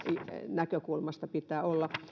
näkökulmasta pitää olla